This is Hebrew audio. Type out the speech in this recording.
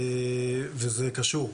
וזה קשור.